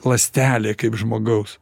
ląstelė kaip žmogaus